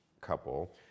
couple